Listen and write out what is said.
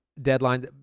deadlines